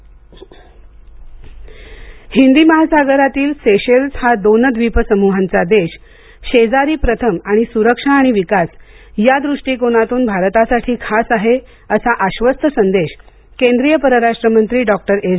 जयशंकर हिंदी महासागरातील सेशेल्स हा दोन द्वीपसमूहांचा देश शेजारी प्रथम आणि सुरक्षा आणि विकास या दूष्टीकोनातून भारतासाठी खास आहे असा आश्वस्त संदेश केंद्रीय परराष्ट्र मंत्री डॉक्टर एस